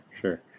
sure